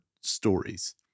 stories